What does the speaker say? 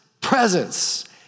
presence